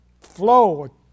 flow